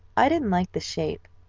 i didn't like the shape.